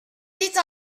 vite